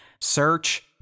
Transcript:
search